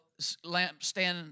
lampstand